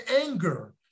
anger